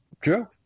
True